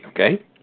okay